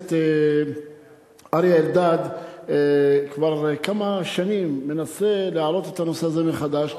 הכנסת אריה אלדד כבר כמה שנים מנסה להעלות את הנושא הזה מחדש,